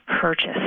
purchase